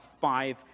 five